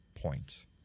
point